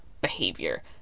behavior